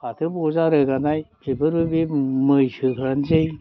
फाथो बजा रोगानाय बेफोरो बे मैसोफ्रानोसै